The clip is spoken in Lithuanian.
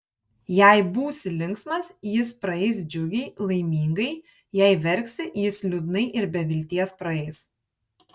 jei būsi linksmas jis praeis džiugiai laimingai jei verksi jis liūdnai ir be vilties praeis